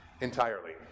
entirely